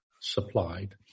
supplied